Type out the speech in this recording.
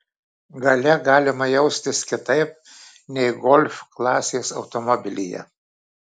gale galima jaustis kitaip nei golf klasės automobilyje